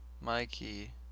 mikey